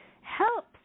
helps